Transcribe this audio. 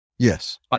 Yes